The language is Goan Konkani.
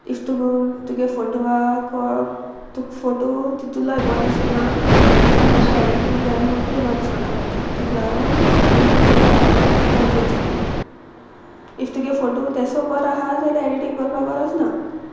इफ तुग तुगे फोटवाक तु फोटो तितूलोय बरो दिसना जाल्यार मातशें एडिटींग केलमटरी बरो दिसं लागता ताका लागून एडिटींग करपा गरजेचें इफ तुगे फोटो तेसो बरो आहा जाल्यार एडिटींग करपा गरज ना